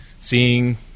seeing